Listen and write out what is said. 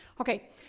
Okay